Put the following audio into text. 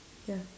ya